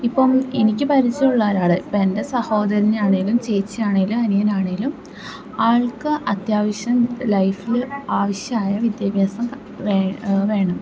ഇപ്പം എനിക്ക് പരിചയമുള്ള ഒരാൾ ഇപ്പമെൻ്റെ സഹോദരനെയാണേലും ചേച്ചിയാണേലും അനിയനാണേലും ആൾക്ക് അത്യാവശ്യം ലൈഫിൽ ആവശ്യമായ വിദ്യാഭ്യാസം വേണം വേണം